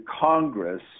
Congress